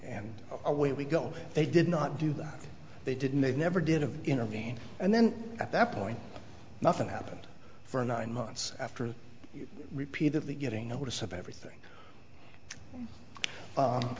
and away we go they did not do that they didn't they never did of intervene and then at that point nothing happened for nine months after repeatedly getting notice of everything